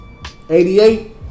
88